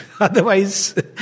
Otherwise